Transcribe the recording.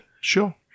Sure